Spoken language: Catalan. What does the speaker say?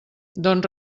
doncs